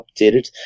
updated